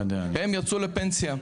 הם יצאו לפנסיה,